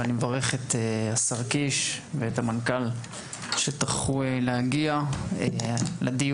ואני מברך את השר קיש ואת המנכ"ל שטרחו להגיע לדיון.